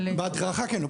אבל --- בהדרכה כן,